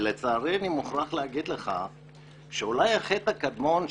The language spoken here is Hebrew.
ולצערי אני מוכרח להגיד לך שאולי החטא הקדמון,